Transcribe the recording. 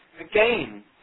Again